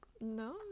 no